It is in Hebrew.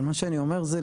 אבל מה שאני אומר זה,